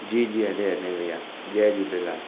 जी जी हले हले भईया जय झूलेलाल